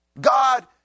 god